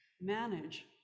manage